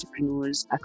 entrepreneurs